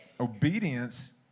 Obedience